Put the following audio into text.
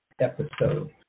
episode